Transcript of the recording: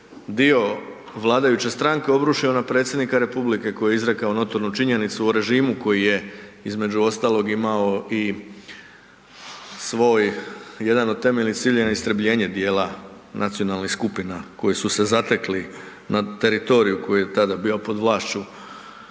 dio vladajuće stranke obrušio na predsjednika republike koji je izrekao notornu činjenicu o režimu koji je, između ostalog, imao i svoj jedan od temeljnih ciljeva istrebljenje dijela nacionalnih skupina koji su se zatekli na teritoriju koji je tada bio pod vlašću